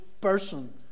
person